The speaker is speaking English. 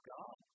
God